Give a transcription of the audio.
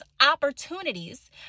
opportunities